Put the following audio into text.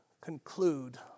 conclude